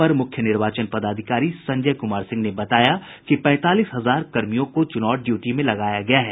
अपर मुख्य निर्वाचन पदाधिकारी संजय कुमार सिंह ने बताया कि पैंतालीस हजार कर्मियों को चुनावी ड्यूटी में लगाया गया है